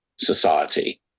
society